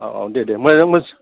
औ औ दे दे मोजाङै मोन्थियामोन